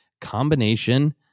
combination